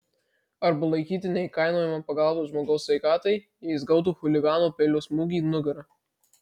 arba laikyti neįkainojama pagalba žmogaus sveikatai jei jis gautų chuligano peilio smūgį į nugarą